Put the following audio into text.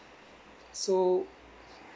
so